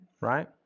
Right